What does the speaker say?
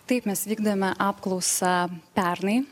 taip mes vykdėme apklausą pernai